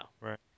right